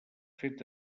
fet